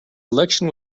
election